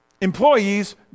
Employees